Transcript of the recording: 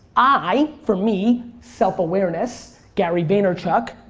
i, for me, self-awareness, gary vaynerchuk,